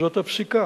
זאת הפסיקה.